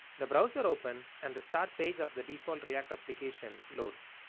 the browser opens and the start page of the default react application loads.